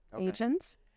agents